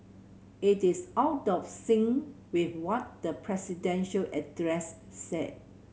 it is out of sync with what the presidential address said